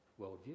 worldview